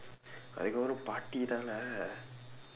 I gonna party தான்:thaan lah